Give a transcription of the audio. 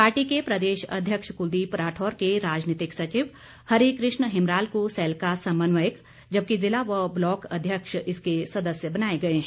party के प्रदेश अध्यक्ष कुलदीप राठौर के राजनीतिक सचिव हरिकृष्ण हिमराल को सैल का समन्वयक जबकि जिला व ब्लॉक अध्यक्ष इसके सदस्य बनाए गए हैं